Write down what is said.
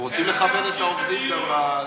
אנחנו רוצים לכבד את העובדים גם בזה.